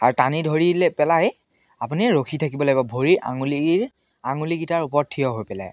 আৰু টানি ধৰিলে পেলাই আপুনি ৰখি থাকিব লাগিব ভৰি আঙুলি আঙুলিকেইটাৰ ওপৰত থিয় হৈ পেলাই